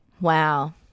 Wow